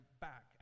back